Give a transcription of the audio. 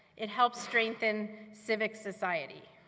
it helps strengthen civic society.